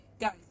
guys